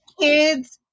kids